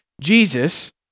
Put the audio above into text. Jesus